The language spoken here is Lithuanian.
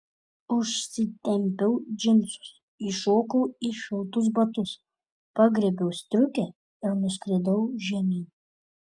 užsitempiau džinsus įšokau į šiltus batus pagriebiau striukę ir nuskridau žemyn